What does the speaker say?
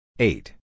Eight